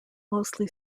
mostly